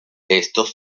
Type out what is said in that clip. estos